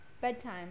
Bedtime